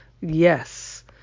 Yes